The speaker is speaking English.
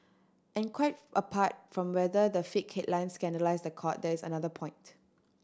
and quite apart from whether the fake headlines scandalise the court there is another point